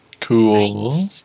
Cool